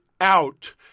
out